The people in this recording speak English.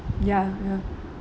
ya ya